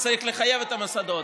צריך לחייב את המוסדות.